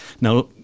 Now